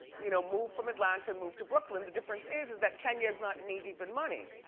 you know move from atlanta and move to brooklyn. the difference is is that kenya is not knee deep in money.